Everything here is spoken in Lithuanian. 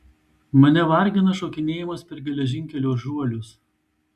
mane vargina šokinėjimas per geležinkelio žuolius